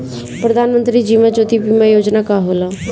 प्रधानमंत्री जीवन ज्योति बीमा योजना का होला?